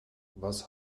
was